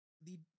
the-